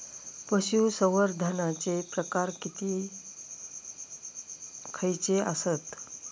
पशुसंवर्धनाचे प्रकार खयचे आसत?